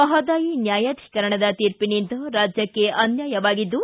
ಮಹದಾಯಿ ನ್ಯಾಯಾಧೀಕರಣದ ತೀರ್ಪಿನಿಂದ ರಾಜ್ಯಕ್ಕೆ ಅನ್ಯಾಯವಾಗಿದ್ದು